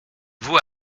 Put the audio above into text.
vous